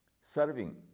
serving